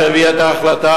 שהביא את ההחלטה,